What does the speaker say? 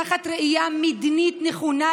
תחת ראייה מדינית נכונה,